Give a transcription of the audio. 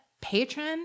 patron